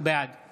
בעד עידית